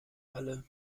alle